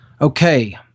Okay